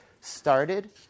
started